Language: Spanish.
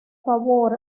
favor